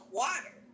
water